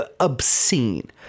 obscene